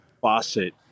faucet